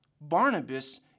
Barnabas